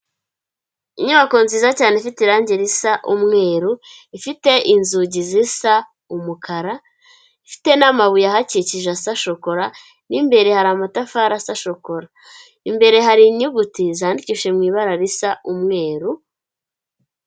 Inyubako nziza cyane ifite irangi risa umweru, ifite inzugi zisa umukara, ifite n'amabuye ahakikije asa shokora, mo imbere hari amatafari asa shokora, imbere hari inyuguti zandikishije mu ibara risa umweru.